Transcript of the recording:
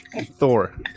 Thor